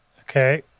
Okay